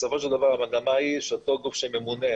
בסופו של דבר המגמה היא שאותו גוף שממונה,